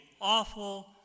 awful